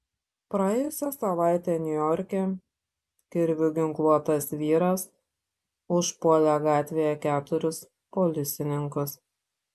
praėjusią savaitę niujorke kirviu ginkluotas vyras užpuolė gatvėje keturis policininkus